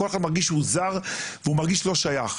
כל אחד מרגיש שהוא זר והוא מרגיש לא שייך,